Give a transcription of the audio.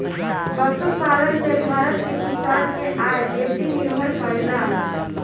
पशुपालन पे भारत के किसान के आय बेसी निर्भर करेला